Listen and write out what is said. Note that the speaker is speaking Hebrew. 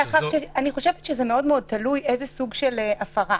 אני חושבת שזה מאוד תלוי בסוג ההפרה.